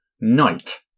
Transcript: Night